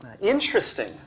interesting